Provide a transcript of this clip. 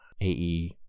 ae